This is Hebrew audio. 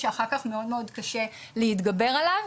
שאחר כך מאוד מאוד קשה להתגבר עליו.